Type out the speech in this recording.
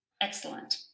Excellent